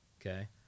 Okay